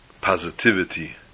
Positivity